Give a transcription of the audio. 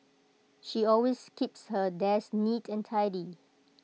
she always keeps her desk neat and tidy